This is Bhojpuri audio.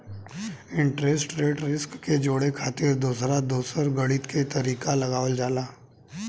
इंटरेस्ट रेट रिस्क के जोड़े खातिर दोसर दोसर गणित के तरीका लगावल जाला